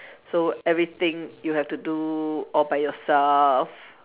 so everything you have to do all by yourself